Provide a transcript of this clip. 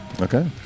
Okay